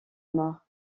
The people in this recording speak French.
mort